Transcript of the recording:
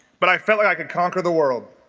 but i felt like i could conquer the world